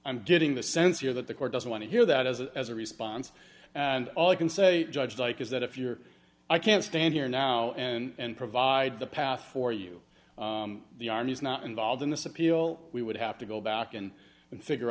i'm getting the sense here that the court doesn't want to hear that as a as a response and all i can say judge like is that if you or i can stand here now and provide the path for you the army is not involved in this appeal we would have to go back and figure